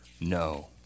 No